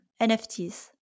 NFTs